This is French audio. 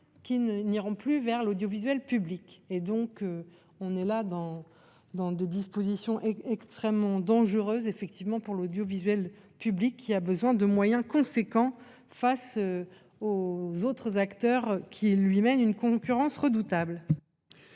qui ne n'iront plus vers l'audiovisuel public et donc on est là dans, dans deux dispositions est extrêmement dangereux effectivement pour l'audiovisuel public, qui a besoin de moyens conséquents face. Aux autres acteurs qui lui mène une concurrence redoutable.